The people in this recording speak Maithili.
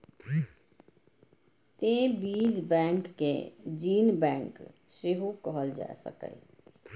तें बीज बैंक कें जीन बैंक सेहो कहल जा सकैए